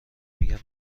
میگن